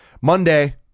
Monday